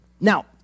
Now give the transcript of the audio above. Now